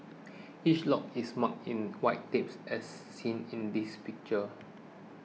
each lot is marked in white tape as seen in this picture